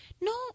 No